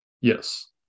Yes